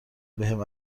بهم